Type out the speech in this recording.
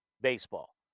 baseball